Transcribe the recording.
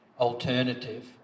alternative